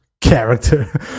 character